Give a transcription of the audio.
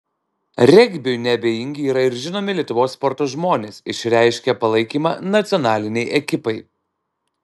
regbiui neabejingi yra ir žinomi lietuvos sporto žmonės išreiškę palaikymą nacionalinei ekipai